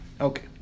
Okay